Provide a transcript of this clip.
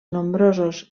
nombrosos